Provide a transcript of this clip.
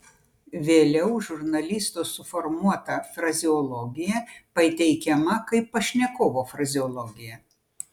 vėliau žurnalisto suformuota frazeologija pateikiama kaip pašnekovo frazeologija